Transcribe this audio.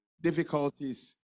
difficulties